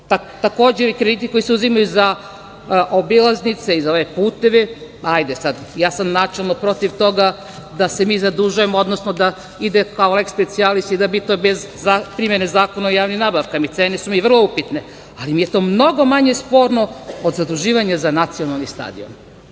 takođe i ovi kriterijumi koji se uzimaju za obilaznice i za ove puteve, hajde sada ja sam načelno protiv toga da se mi zadužujemo, odnosno da ide kao leks specijalis i to bez primene Zakona o javnim nabavkama i cene su mi vrlo upitne, ali mi je to mnogo manje sporno od zaduživanja za nacionalni stadion. Tako